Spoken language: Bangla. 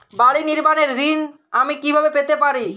বাড়ি নির্মাণের ঋণ আমি কিভাবে পেতে পারি?